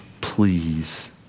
please